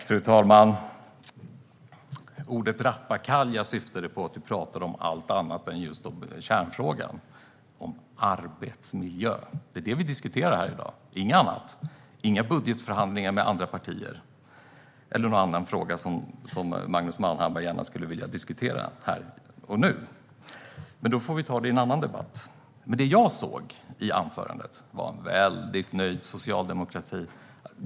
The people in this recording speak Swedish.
Fru talman! Ordet rappakalja syftade på att du, Magnus Manhammar, talade om allt annat än just kärnfrågan: arbetsmiljö. Det är det vi diskuterar här i dag, inget annat. Det handlar inte om budgetförhandlingar med andra partier eller någon annan fråga som Magnus Manhammar gärna skulle vilja diskutera här och nu. Dem får vi ta i en annan debatt. Men det jag såg under anförandet var en väldigt nöjd socialdemokrati.